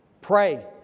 pray